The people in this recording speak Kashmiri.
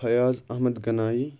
فیاض احمد گَنایی